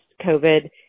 COVID